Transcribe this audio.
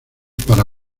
para